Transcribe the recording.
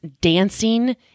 dancing